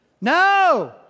No